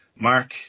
Mark